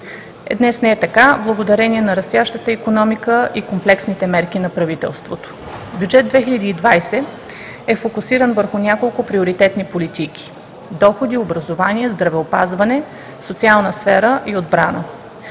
Днес не е така благодарение на растящата икономика и комплексните мерки на правителството. Бюджет 2020 е фокусиран върху няколко приоритетни политики: доходи, образование, здравеопазване, социална сфера и отбрана.